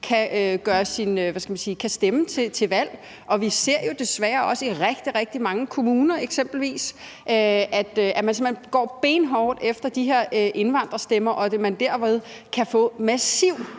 kan stemme til valg. Og vi ser jo desværre også i rigtig, rigtig mange kommuner eksempelvis, at man simpelt hen går benhårdt efter de her indvandrerstemmer, og at de derved kan få massiv